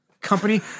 company